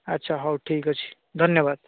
ଆଚ୍ଛା ହଉ ଠିକ୍ ଅଛି ଧନ୍ୟବାଦ